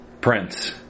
Prince